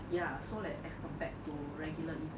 ya so like as compared to regular EZ-link